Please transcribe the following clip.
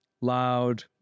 loud